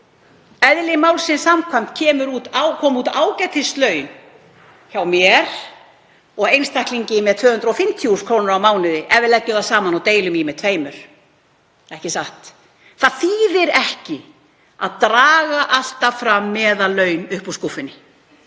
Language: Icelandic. Eðli málsins samkvæmt koma út ágætislaun hjá mér og einstaklingi með 250.000 kr. á mánuði ef við leggjum það saman og deilum með tveimur, ekki satt? Það þýðir ekki að draga alltaf meðallaun upp úr skúffunni.